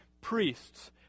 priests